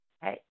hey